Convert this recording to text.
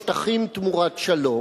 "שטחים תמורת שלום",